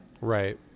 Right